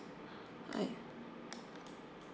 uh